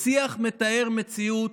בשיח מתאר מציאות,